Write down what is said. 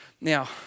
now